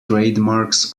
trademarks